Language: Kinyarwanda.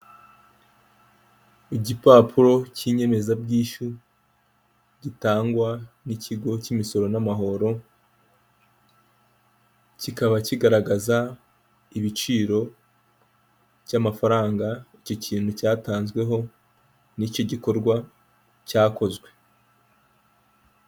Igipapuro k'inyemezabwishyu gitangwa n'ikigo cyimisoro n'amahoro, kikaba kigaragaza igiciro cyamafaranga iki kintu cyatanzweho nicyo gikorwa cyakozwe.